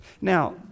Now